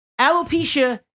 alopecia